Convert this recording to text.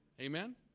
Amen